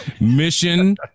mission